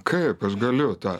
kaip aš galiu tą